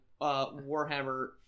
warhammer